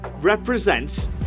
represents